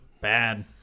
Bad